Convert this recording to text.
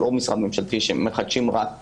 אנו לא משרד ממשלתי שמחדשים רק